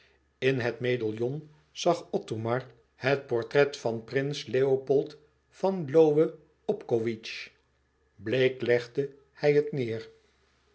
in het medaillon zag othomar het portret van prins leopold von lohe obkowitz bleek legde hij het neêr